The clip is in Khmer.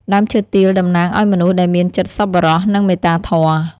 ដើមឈើទាលតំណាងឲ្យមនុស្សដែលមានចិត្តសប្បុរស និងមេត្តាធម៌។